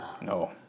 No